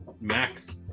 Max